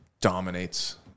dominates